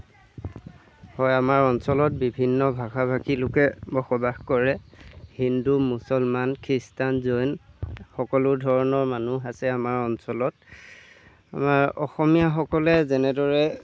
হয় আমাৰ অঞ্চলত বিভিন্ন ভাষা ভাষী লোকে বসবাস কৰে হিন্দু মুছলমান খ্ৰীষ্টান জৈন সকলো ধৰণৰ মানুহ আছে আমাৰ অঞ্চলত আমাৰ অসমীয়াসকলে যেনেদৰে